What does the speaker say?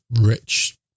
rich